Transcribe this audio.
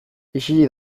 isilik